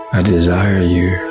i desire you